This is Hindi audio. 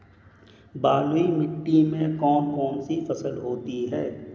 बलुई मिट्टी में कौन कौन सी फसल होती हैं?